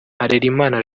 harelimana